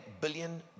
billion